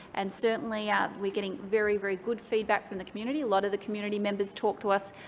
and certainly ah we're getting very, very good feedback from the community. a lot of the community members talk to us,